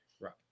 Right